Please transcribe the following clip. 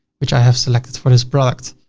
which i have selected for this product.